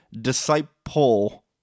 Disciple